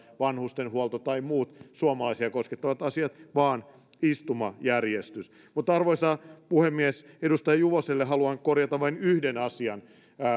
vanhustenhuolto tai muut suomalaisia koskettavat asiat vaan istumajärjestys arvoisa puhemies edustaja juvoselle haluan korjata vain yhden asian kaudella